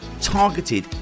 targeted